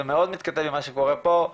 וזה מאוד מתכתב עם מה שקורה פה,